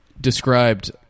described